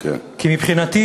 כי מבחינתי